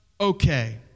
okay